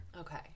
Okay